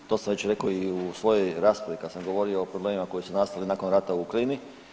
To sam već rekao i u svojoj raspravi kad sam govorio o problemima koji su nastali nakon rata u Ukrajini.